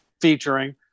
featuring